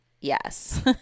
Yes